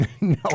No